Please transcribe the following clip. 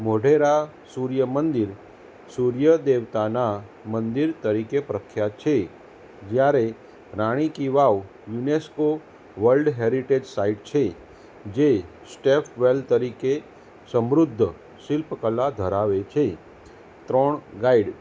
મોઢેરા સૂર્યમંદિર સૂર્યદેવતાના મંદિર તરીકે પ્રખ્યાત છે જ્યારે Rani ki Vav UNESCO world heritage site છે જે સ્ટેપ વેલ તરીકે સમૃદ્ધ શિલ્પકલા ધરાવે છે ત્રણ ગાઈડ